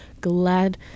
glad